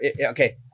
okay